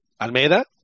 Almeida